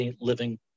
living